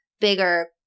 bigger